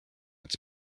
its